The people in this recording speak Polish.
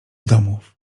domów